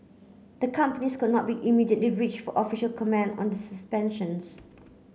the companies could not be immediately reached for official comment on the suspensions